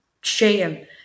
shame